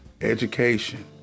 education